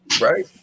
right